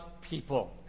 people